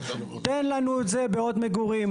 תן לנו את זה בעוד מגורים.